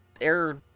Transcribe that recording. air